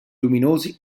luminosi